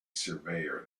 surveyor